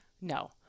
no